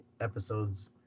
episode's